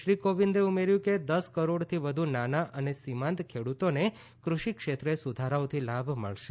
શ્રી કોવિંદે ઉમેર્યું કે દસ કરોડથી વધુ નાના અને સીમાંત ખેડુતોને કૃષિ ક્ષેત્રે સુધારાઓથી લાભ મળશે